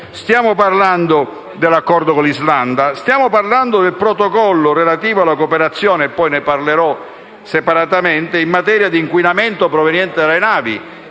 stiamo parlando dell'accordo con l'Islanda e del protocollo relativo alla cooperazione - ne parlerò separatamente - in materia di inquinamento proveniente dalle navi,